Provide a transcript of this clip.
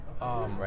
Right